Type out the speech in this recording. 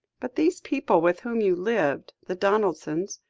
but these people with whom you lived the donaldsons.